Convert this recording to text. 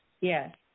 Yes